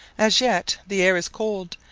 as yet, the air is cold,